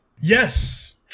Yes